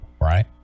right